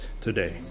today